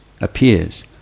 appears